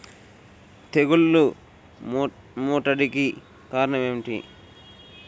తెగుళ్ల ముట్టడికి కారణం ఏమిటి?